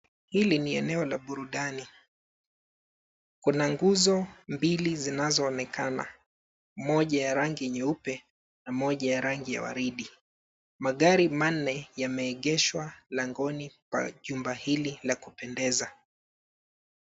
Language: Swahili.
Hili ni eneo la burudani. Kuna nguzo mbili zinazoonekana, moja ya rangi nyeupe na moja ya rangi ya waridi. Magari manne yameegeshwa mlangoni pa jumba hili la kupendeza.